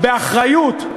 באחריות,